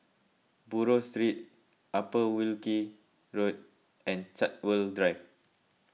Buroh Street Upper Wilkie Road and Chartwell Drive